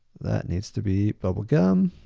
that needs to be bubblegum.